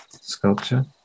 Sculpture